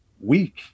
weak